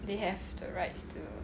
they have the rights to